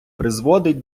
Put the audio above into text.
призводить